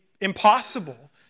impossible